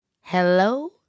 hello